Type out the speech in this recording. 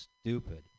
stupid